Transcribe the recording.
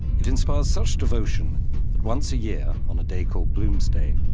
it inspires such devotion that once a year on a day called bloomsday,